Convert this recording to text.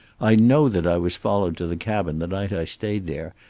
i know that i was followed to the cabin the night i stayed there,